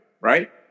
Right